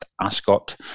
Ascot